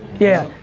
yeah.